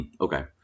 Okay